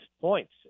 points